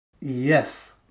yes